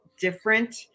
different